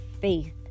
faith